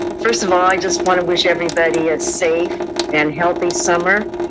first of all, i just wanna wish everybody a safe and healthy summer.